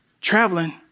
traveling